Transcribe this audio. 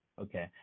okay